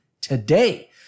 today